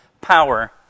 power